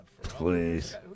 Please